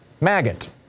maggot